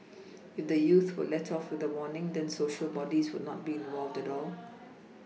if the youths were let off with a warning then Social bodies would not be involved at all